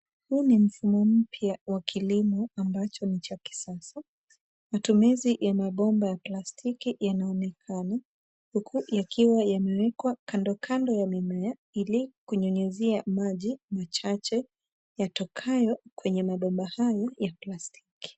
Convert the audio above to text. Huu ni mfumo mpya wa kilimo ambacho ni cha kisasa. Matumizi ya mabomba ya plastiki yanaonekana huku yakiwa yamewekwa kando kando ya mimea ili kunyunyuzia maji machache yatokayo kwenye mabomba hayo ya plastiki.